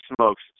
smokes